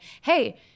hey